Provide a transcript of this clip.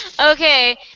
Okay